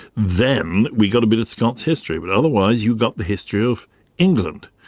then we got a bit of scots history. but otherwise, you got the history of england.